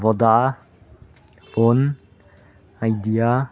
Vodafone idea